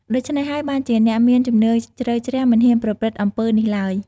ដូច្នេះហើយបានជាអ្នកមានជំនឿជ្រៅជ្រះមិនហ៊ានប្រព្រឹត្តអំពើនេះឡើយ។